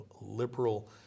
liberal